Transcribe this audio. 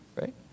Right